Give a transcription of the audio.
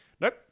Nope